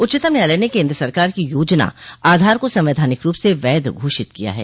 उच्चतम न्यायालय ने केन्द्र सरकार की योजना आधार को संवैधानिक रूप से वैध घोषित किया है